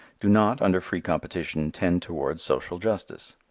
do not under free competition tend towards social justice.